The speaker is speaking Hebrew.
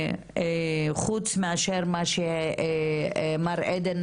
חוץ מאשר מה שמר עדן